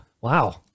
Wow